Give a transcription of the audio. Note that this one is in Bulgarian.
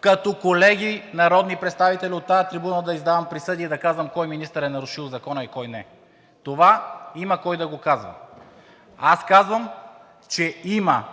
като колеги народни представители от тази трибуна да издавам присъди и да казвам кой министър е нарушил закона и кой не. Това има кой да го казва. Аз казвам, че има